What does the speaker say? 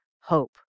hope